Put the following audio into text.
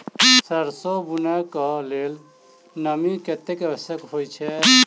सैरसो बुनय कऽ लेल नमी कतेक आवश्यक होइ छै?